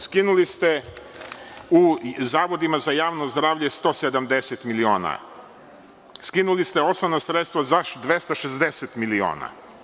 Skinuli ste u zavodima za javno zdravlje 170 miliona, skinuli ste osnovna sredstva za 260miliona.